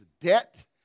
debt